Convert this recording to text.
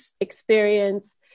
experience